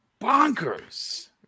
bonkers